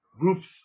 Groups